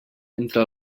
entre